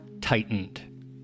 tightened